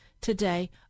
today